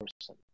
person